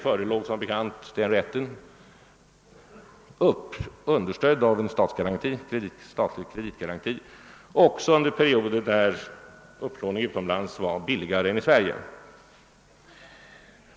Möjlig heten att få låna utomlands med stöd av en stailig kreditgaranti förelåg också under perioder då en upplåning utomlands var billigare än i Sverige.